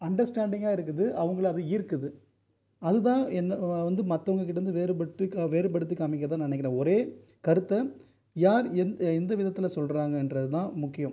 அண்டர்ஸ்டாண்டிங்காக இருக்குது அவங்களை அது ஈர்க்குது அதுதான் என்னை வந்து மற்றவங்ககிட்டேருந்து வேறுபட்டு வேறுபடுத்தி காமிக்கிறதாக நினைக்கிற ஒரே கருத்தை யார் எந்த எந்த விதத்தில் சொல்கிறாங்கன்றது தான் முக்கியம்